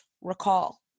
recall